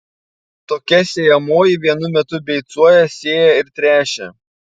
tokia sėjamoji vienu metu beicuoja sėja ir tręšia